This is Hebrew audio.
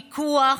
פיקוח,